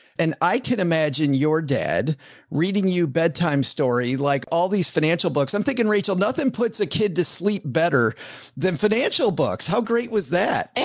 and i can imagine your dad reading you bedtime story, like all these financial books, i'm thinking rachel, nothing puts a kid to sleep better than financial books. how great was that? and